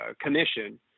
commission